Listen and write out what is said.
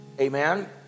amen